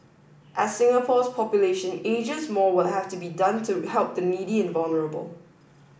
as Singapore's population ages more will have to be done to help the needy and vulnerable